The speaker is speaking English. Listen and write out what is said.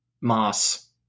Moss